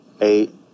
Eight